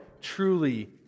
truly